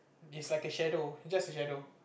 is like a shadow just a shadow